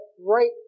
right